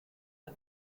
der